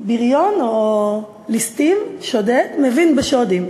בריון או ליסטים, שודד, מבין בשודים.